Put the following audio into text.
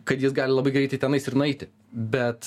kad jis gali labai greitai tenais ir nueiti bet